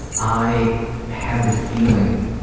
i had the feeling